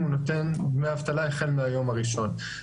הוא נותן דמי אבטלה החל מהיום הראשון,